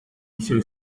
mission